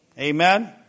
Amen